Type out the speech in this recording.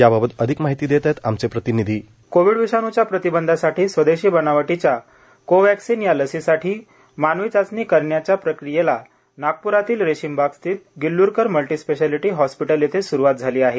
याबाबत अधिक माहिती देत आहेत आमचे प्रतीनिधी व्हॉईस कास्ट कोविड विषाणूच्या प्रतिबंधासाठी स्वदेशी बनावटीच्या कोवॅक्सिन या लसीसाठी मानवी चाचणी करण्याची प्रक्रिया नागप्रातील रेशीमबाग स्थित गिल्ल्रकर मल्टिस्पेशालिटी हॉस्पिटल येथे स्रुवात झाली आहे